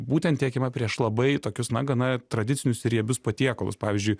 būtent tiekiama prieš labai tokius na gana tradicinius riebius patiekalus pavyzdžiui